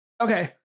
Okay